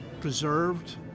preserved